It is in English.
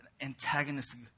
antagonistic